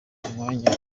mwanya